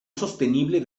sostenible